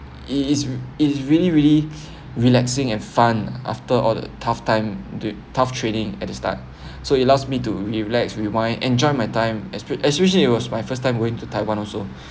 it it is it's really really relaxing and fun after all the tough time the tough training at the start so it allows me to relax rewind enjoy my time espe~ especially it was my first time going to taiwan also